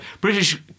British